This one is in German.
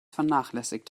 vernachlässigt